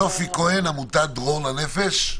סופי רחל כהן, עמותת "דרור לנפש".